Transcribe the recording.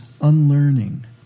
unlearning